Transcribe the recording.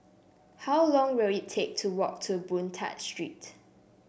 how long will it take to walk to Boon Tat Street